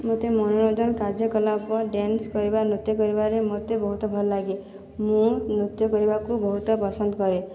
ମୋତେ ମନୋରଞ୍ଜନ କାର୍ଯ୍ୟକଲାପ ଡେନ୍ସ କରିବା ନୃତ୍ୟ କରିବାରେ ମୋତେ ବହୁତ ଭଲ ଲାଗେ ମୁଁ ନୃତ୍ୟ କରିବାକୁ ବହୁତ ପସନ୍ଦ କରେ